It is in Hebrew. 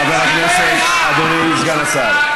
חבר הכנסת, אדוני סגן השר.